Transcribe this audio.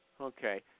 okay